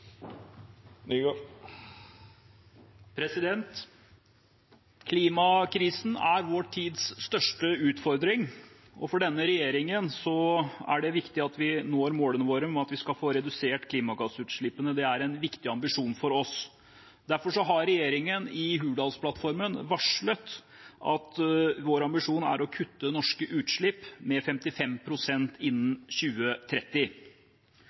vi når målene våre om at vi skal få redusert klimagassutslippene. Det er en viktig ambisjon for oss. Derfor har regjeringen i Hurdalsplattformen varslet at vår ambisjon er å kutte norske utslipp med 55 pst. innen 2030.